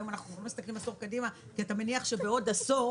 היום אנחנו לא מסתכלים עשור קדימה כי אתה מניח שבעוד עשור